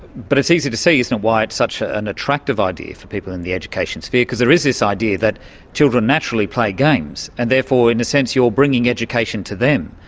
but it is easy to see, isn't it, why it is such ah an attractive idea for people in the education sphere, because there is this idea that children naturally play games and therefore in a sense you're bringing education to them,